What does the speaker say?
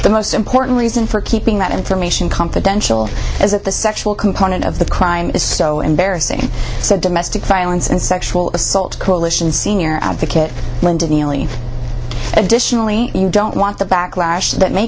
the most important reason for keeping that information confidential as if the sexual component of the crime is so embarrassing so domestic violence and sexual assault coalition senior advocate additionally don't want the backlash that may